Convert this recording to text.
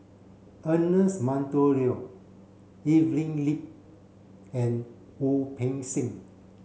Ernest Monteiro Evelyn Lip and Wu Peng Seng